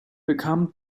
bekam